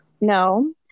no